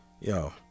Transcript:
Yo